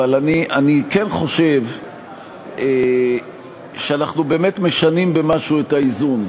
אבל אני כן חושב שאנחנו באמת משנים במשהו את האיזון.